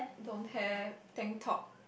don't have tank top